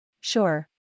Sure